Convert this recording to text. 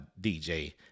DJ